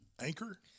Anchor